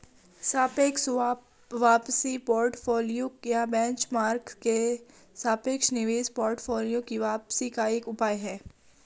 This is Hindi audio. सापेक्ष वापसी पोर्टफोलियो या बेंचमार्क के सापेक्ष निवेश पोर्टफोलियो की वापसी का एक उपाय है